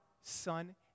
Son